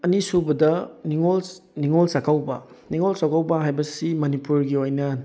ꯑꯅꯤꯁꯨꯕꯗ ꯅꯤꯉꯣꯜ ꯅꯤꯉꯣꯜ ꯆꯥꯛꯀꯧꯕ ꯅꯤꯉꯣꯜ ꯆꯥꯛꯀꯧꯕ ꯍꯥꯏꯕꯁꯤ ꯃꯅꯤꯄꯨꯔꯒꯤ ꯑꯣꯏꯅ